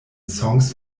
songs